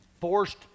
Forced